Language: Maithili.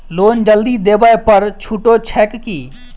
लोन जल्दी देबै पर छुटो छैक की?